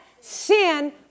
sin